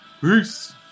Peace